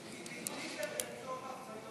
"כי דגלי דגל טוהר ויושר".